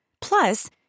Plus